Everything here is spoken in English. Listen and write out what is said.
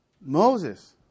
Moses